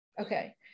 Okay